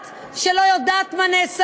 את, שלא יודעת מה נעשה.